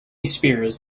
spears